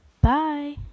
bye